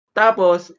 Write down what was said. tapos